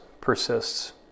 persists